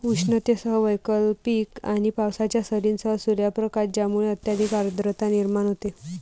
उष्णतेसह वैकल्पिक आणि पावसाच्या सरींसह सूर्यप्रकाश ज्यामुळे अत्यधिक आर्द्रता निर्माण होते